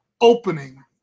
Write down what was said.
opening